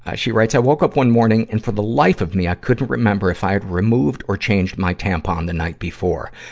she writes, i woke up one morning and for the life of me, i couldn't remember if i had removed or changed my tampon the night before.